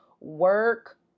work